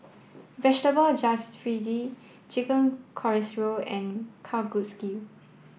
Vegetable Jalfrezi Chicken Casserole and Kalguksu